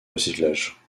recyclage